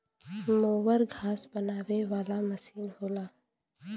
mower घास बनावे वाला मसीन होला